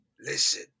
Listen